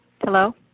Hello